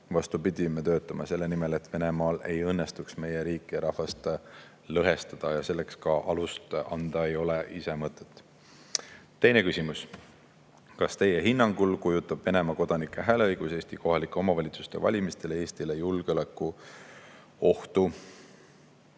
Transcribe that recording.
Vastupidi, me töötame selle nimel, et Venemaal ei õnnestuks meie riiki ja rahvast lõhestada. Selleks ise alust anda ei ole ka mõtet. Teine küsimus: "Kas teie hinnangul kujutab Venemaa kodanike hääleõigus Eesti kohalike omavalitsuste valimistel Eestile julgeolekuohtu?"